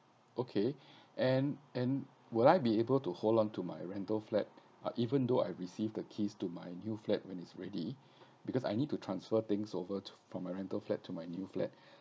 okay and and will I be able to hold on to my rental flat uh even though I receive the keys to my new flat when it's ready because I need to transfer things over to from a rental flat to my new flat